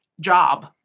job